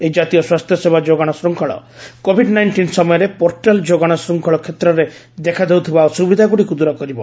ଏହି ଜାତୀୟ ସ୍ୱାସ୍ଥ୍ୟ ସେବା ଯୋଗାଣ ଶୃଙ୍ଖଳ କୋଭିଡ୍ ନାଇଷ୍ଟିନ୍ ସମୟରେ ପୋର୍ଟାଲ୍ ଯୋଗାଣ ଶୃଙ୍ଖଳ କ୍ଷେତ୍ରରେ ଦେଖାଦେଉଥିବା ଅସୁବିଧାଗୁଡ଼ିକୁ ଦୂର କରିବ